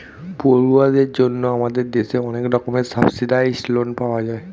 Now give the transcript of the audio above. পড়ুয়াদের জন্য আমাদের দেশে অনেক রকমের সাবসিডাইস্ড্ লোন পাওয়া যায়